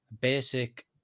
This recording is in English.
basic